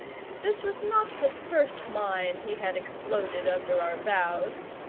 this was not the first mine he had exploded under our bows.